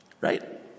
Right